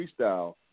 freestyle